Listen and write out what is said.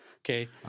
okay